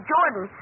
Jordan